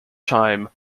time